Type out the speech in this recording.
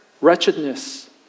wretchedness